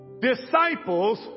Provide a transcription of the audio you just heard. Disciples